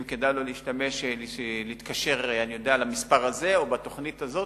אם כדאי לו להתקשר למספר הזה או בתוכנית הזאת.